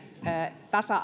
tasa